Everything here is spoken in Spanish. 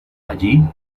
allí